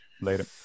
Later